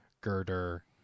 Girder